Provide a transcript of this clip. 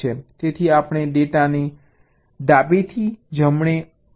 તેથી આપણે ડેટાને ડાબેથી જમણે અથવા નીચેથી ઉપર ખસેડી શકીએ છીએ